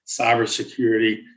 cybersecurity